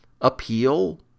appeal